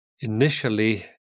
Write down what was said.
initially